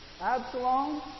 Absalom